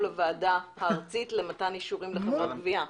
הוועדה הארצית למתן אישורים לחברות גבייה.